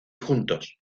juntos